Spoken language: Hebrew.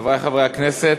חברי חברי הכנסת,